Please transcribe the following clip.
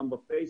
גם בפייסבוק,